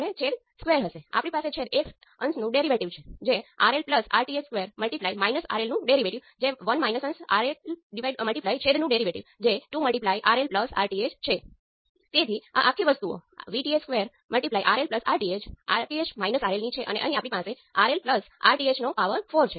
અને આપણી પાસે I2 એ h21 I1 h22 V2 છે